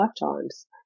lifetimes